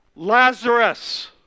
Lazarus